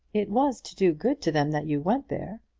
it was to do good to them that you went there.